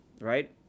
right